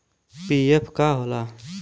PF का होला?